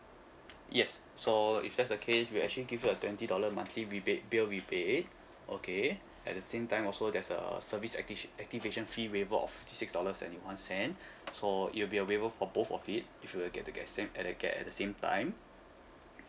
yes so if that's the case we actually give you a twenty dollar monthly rebate bill rebate okay at the same time also there's a service acti~ activation fee waiver of six dollars ninety one cent so it will be available for both of it if you will get to get same at the get at the same time